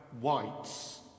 whites